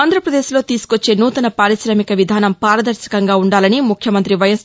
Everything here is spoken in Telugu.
ఆంధ్రాపదేశ్లో తీసుకొచ్చే నూతన పార్కిశామిక విధానం పారదర్శకంగా ఉండాలని ముఖ్యమంత్రి వైఎస్